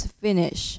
finish